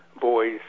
boys